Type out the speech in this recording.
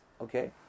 Okay